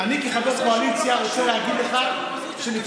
אני כחבר קואליציה רוצה להגיד לך שלפעמים